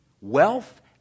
wealth